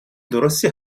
درستی